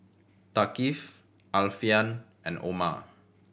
Thaqif Alfian and Omar